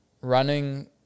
running